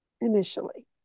initially